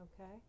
okay